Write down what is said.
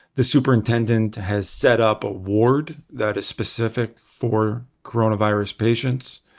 the superintendent has set up a ward that is specific for coronavirus patients.